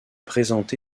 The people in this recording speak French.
présenté